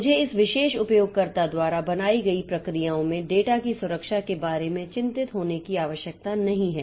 मुझे इस विशेष उपयोगकर्ता द्वारा बनाई गई प्रक्रियाओं में डेटा की सुरक्षा के बारे में चिंतित होने की आवश्यकता नहीं है